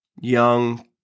young